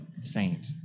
saint